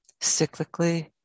cyclically